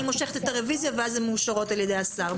אני מושכת את הרביזיה ואז הן מאושרות על-ידי השר.